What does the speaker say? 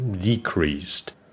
decreased